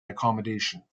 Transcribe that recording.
accommodation